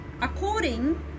according